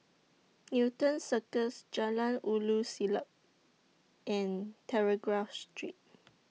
Newton Circus Jalan Ulu Siglap and Telegraph Street